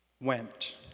went